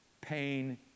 pain